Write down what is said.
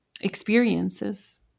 experiences